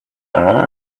her